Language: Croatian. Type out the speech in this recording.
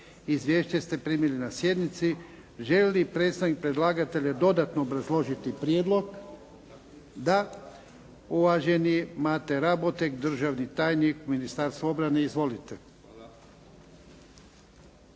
Izvješće ste primili na sjednici. Želi li predstavnik predlagatelja dodatno obrazložiti prijedlog? Da. Uvaženi Mate Raboteg državni tajnik u Ministarstvu obrane. Izvolite.